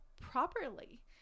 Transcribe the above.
properly